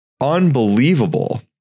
unbelievable